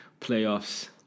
playoffs